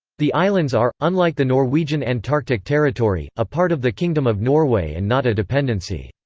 the islands are, unlike the norwegian antarctic territory, a part of the kingdom of norway and not a dependency.